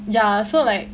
ya so like